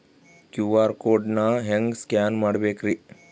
QR code ನಾ ಹೆಂಗ scan ಮಾಡಬೇಕ್ರಿ?